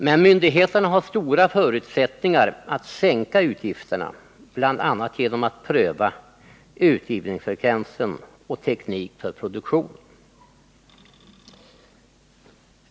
Men myndigheterna har stora förutsättningar att sänka utgifterna, bl.a. genom att pröva utgivningsfrekvensen och teknik för produktion.